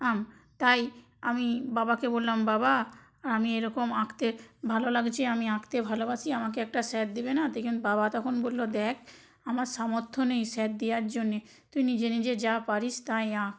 তাই আমি বাবাকে বললাম বাবা আমি এরকম আঁকতে ভালো লাগছে আমি আঁকতে ভালোবাসি আমাকে একটা স্যার দেবে না তখন বাবা তখন বললো দেখ আমার সামর্থ্য নেই স্যার দেওয়ার জন্যে তুই নিজে নিজে যা পারিস তাই আঁক